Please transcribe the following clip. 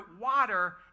water